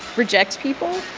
reject people?